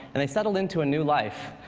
and they settled into a new life.